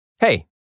Hey